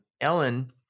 Ellen